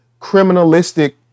criminalistic